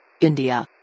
India